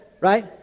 Right